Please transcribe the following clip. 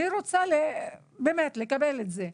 אני רוצה לקבל את זה.